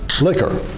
liquor